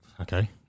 Okay